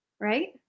Right